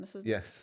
Yes